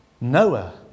Noah